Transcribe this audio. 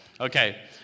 Okay